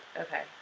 okay